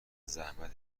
زحمت